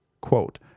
quote